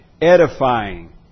edifying